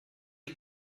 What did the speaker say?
die